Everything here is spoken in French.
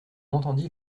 entendit